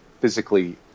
physically